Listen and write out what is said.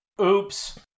Oops